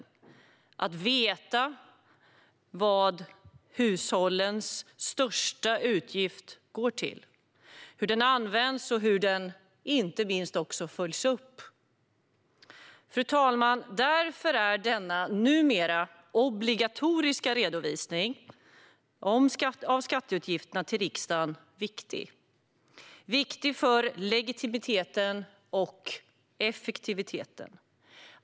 I detta ingår att veta vad hushållens största utgift går till, hur den används och - inte minst - hur den följs upp. Fru talman! Därför är denna numera obligatoriska redovisning av skatteutgifterna till riksdagen viktig. Den är viktig för legitimiteten och för effektiviteten.